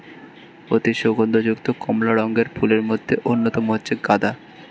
অতি সুগন্ধ যুক্ত কমলা রঙের ফুলের মধ্যে অন্যতম হচ্ছে গাঁদা